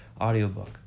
audiobook